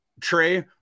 Trey